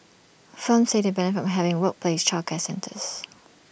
firms said they benefit from having workplace childcare centres